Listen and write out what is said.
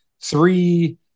three